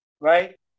Right